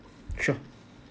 sure